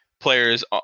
players